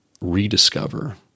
rediscover